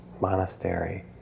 monastery